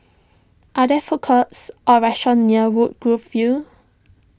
are there food courts or restaurants near Woodgrove View